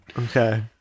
Okay